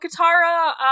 Katara